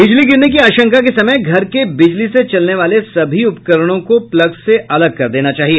बिजली गिरने की आशंका के समय घर के बिजली सेचलने वाले सभी उपकरणों को प्लग से अलग कर देना चाहिए